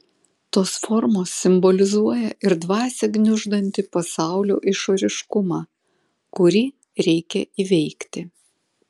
tos formos simbolizuoja ir dvasią gniuždantį pasaulio išoriškumą kurį reikia įveikti